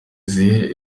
zihe